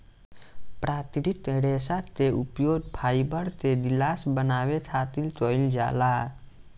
प्राकृतिक रेशा के उपयोग फाइबर के गिलास बनावे खातिर कईल जाला